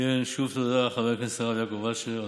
שוב תודה, חבר הכנסת הרב יעקב אשר.